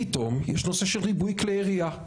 פתאום, יש את הנושא של ריבוי כלי ירייה.